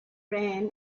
ran